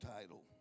title